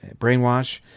brainwash